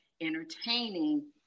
entertaining